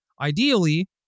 ideally